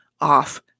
off